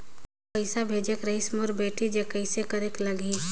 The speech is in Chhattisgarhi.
पइसा भेजेक रहिस मोर बेटी जग कइसे करेके लगही?